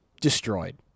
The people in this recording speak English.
destroyed